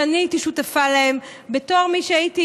שאני הייתי שותפה להם בתור מי שהייתה